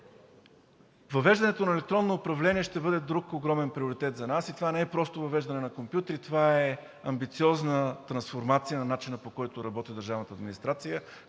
Въвеждането на електронно управление ще бъде друг огромен приоритет за нас и това не е просто въвеждане на компютри. Това е амбициозна трансформация на начина, по който работи държавната администрация,